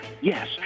yes